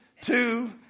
Two